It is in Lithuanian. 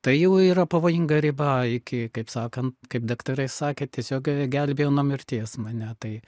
tai jau yra pavojinga riba iki kaip sakant kaip daktarai sakė tiesiog gelbėjo nuo mirties mane tai